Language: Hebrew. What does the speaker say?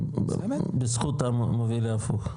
בזכות המוביל להפוך?